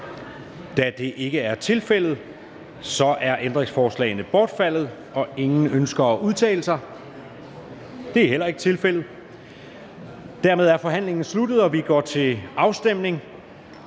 Da det ikke er tilfældet, er ændringsforslagene bortfaldet. Ønsker nogen at udtale sig? Da det ikke er tilfældet, er forhandlingen sluttet, og vi går til afstemning.